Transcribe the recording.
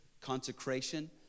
consecration